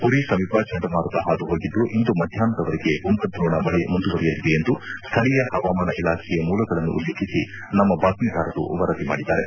ಪುರಿ ಸಮೀಪ ಚಂಡಮಾರುತ ಹಾದುಹೋಗಿದ್ದು ಇಂದು ಮಧ್ಯಾಹ್ನದವರೆಗೆ ಕುಂಭದ್ರೋಣ ಮಳೆ ಮುಂದುವರೆಯಲಿದೆ ಎಂದು ಸ್ಥಳೀಯ ಹವಾಮಾನ ಇಲಾಖೆಯ ಮೂಲಗಳನ್ನು ಉಲ್ಲೇಖಿಸಿ ನಮ್ಮ ಬಾತ್ಮೀದಾರರು ವರದಿ ಮಾಡಿದ್ದಾರೆ